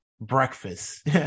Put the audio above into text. breakfast